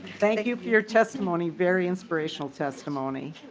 thank you for your testimony. very inspirational testimony.